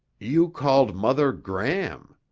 you called mother gram.